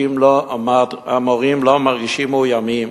המורים לא מרגישים מאוימים,